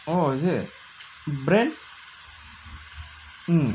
or is it brand hmm